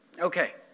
Okay